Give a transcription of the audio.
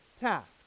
task